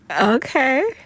Okay